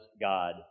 God